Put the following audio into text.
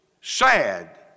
sad